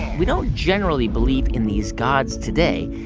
we don't generally believe in these gods today.